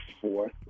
fourth